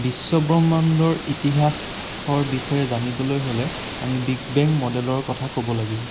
বিশ্ব ব্ৰহ্মাণ্ডৰ ইতিহাসৰ বিষয়ে জানিবলৈ হ'লে আমি বিগ বেং মডেলৰ কথা ক'ব লাগিব